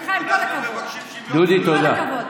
סליחה, עם כל הכבוד, עם כל הכבוד,